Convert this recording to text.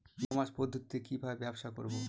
ই commerce পদ্ধতিতে কি ভাবে ব্যবসা করব?